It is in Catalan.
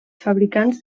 fabricants